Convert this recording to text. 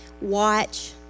watch